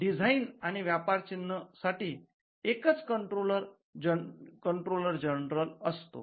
design आणि व्यापार चिन्ह साठी एकच कंट्रोलर जनरल असतो